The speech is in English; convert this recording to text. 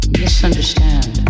misunderstand